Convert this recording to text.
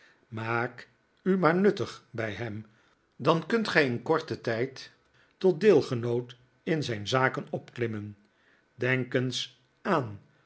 maak u maar nuttig bij hem dan kunt gij in korten tijd tot deelgenoot in zijn zaken opklimmen denk eens aan